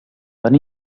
van